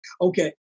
Okay